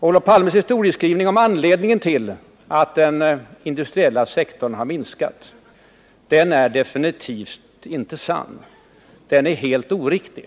Olof Palmes historieskrivning om anledningen till att den industriella sektorn har minskat är definitivt inte sann. Den är helt oriktig.